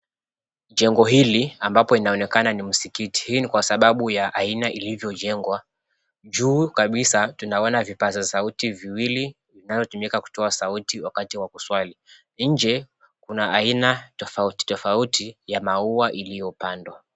Jengo hili ambapo inaonekana ni msikiti, hii ni kwa sababu ya aina ilivyojengwa. Juu kabisa tunaona vipaza sauti viwili vinavyotumika kutoa sauti wakati wa kuswali. Nje kuna aina tofauti tofauti ya maua iliyopandwa.